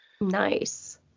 Nice